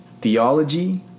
theology